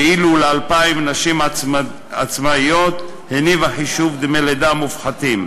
ואילו ל-2,000 נשים עצמאיות הניב החישוב דמי לידה מופחתים,